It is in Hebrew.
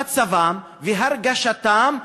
מצבם והרגשתם,